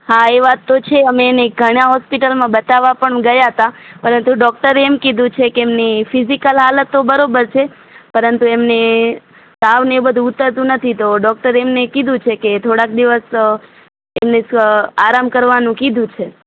હા એ વાત તો છે અમે એને ઘણાં હોસ્પિટલમાં બતાવવા પણ ગયા હતા પરંતુ ડોકટરે એમ કીધું છે કે એમની ફિઝીકલ હાલત તો બરાબર છે પરંતુ એમને તાવ ને એ બધું ઊતરતું નથી તો ડોકટરે એમને કીધું છે કે થોડાક દિવસ એમને સ આરામ કરવાનું કીધું છે